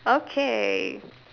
okay